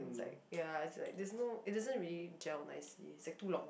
it's like ya it's like there's no it doesn't really gel nicely it's too long